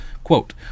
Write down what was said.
Quote